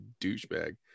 douchebag